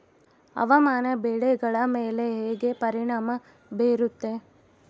ಹವಾಮಾನ ಬೆಳೆಗಳ ಮೇಲೆ ಹೇಗೆ ಪರಿಣಾಮ ಬೇರುತ್ತೆ?